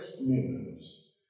news